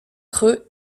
creux